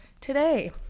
today